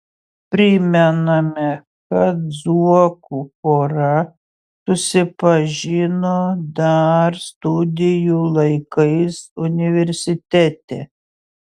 primename kad zuokų pora susipažino dar studijų laikais universitete